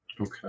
Okay